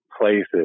places